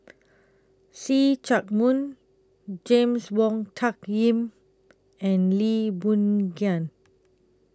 See Chak Mun James Wong Tuck Yim and Lee Boon Ngan